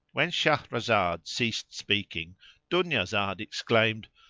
when shahrazad ceased speaking dunyazad exclaimed,